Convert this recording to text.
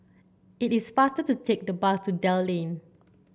it is faster to take the bus to Dell Lane